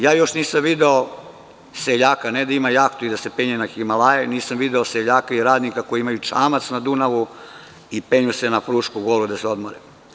Još nisam video seljaka ne da ima jahtu i da se penje na Himalaje, nisam video seljaka i radnika koji imaju čamac na Dunavu i penju se na Frušku Goru da se odmore.